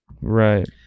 right